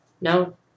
no